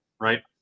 Right